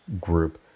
group